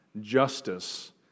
justice